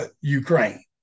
Ukraine